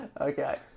Okay